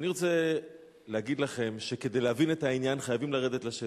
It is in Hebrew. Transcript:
ואני רוצה להגיד לכם שכדי להבין את העניין חייבים לרדת לשטח.